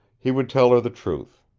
he would tell her the truth.